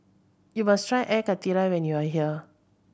you must try Air Karthira when you are here